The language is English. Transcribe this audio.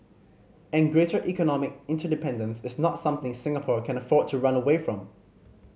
and greater economic interdependence is not something Singapore can afford to run away from